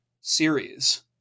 series